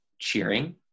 cheering